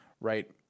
right